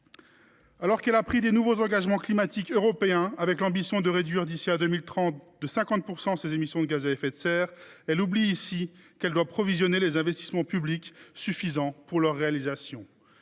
Alors qu’elle a pris de nouveaux engagements climatiques européens, avec l’ambition de réduire d’ici à 2030 de 50 % ses émissions de gaz à effet de serre, elle oublie ici qu’elle doit provisionner les investissements publics nécessaires. La marche